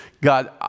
God